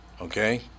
okay